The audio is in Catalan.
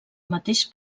mateix